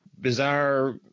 bizarre